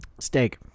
Steak